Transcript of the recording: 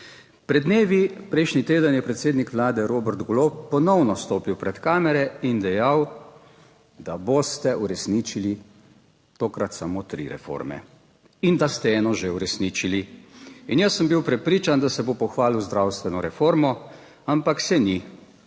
Pred dnevi, prejšnji teden je predsednik vlade Robert Golob ponovno stopil pred kamere in dejal, da boste uresničili tokrat samo tri reforme, in da ste eno že uresničili. In jaz sem bil prepričan, da se bo pohvalil z zdravstveno reformo, ampak se ni.